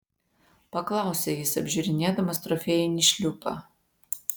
paklausė jis apžiūrinėdamas trofėjinį šliupą